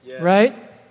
Right